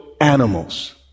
animals